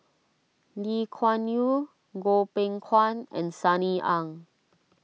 Lee Kuan Yew Goh Beng Kwan and Sunny Ang